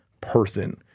person